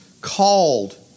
called